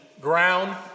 ground